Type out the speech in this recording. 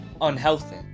unhealthy